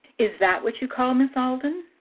is that what you call miss alden?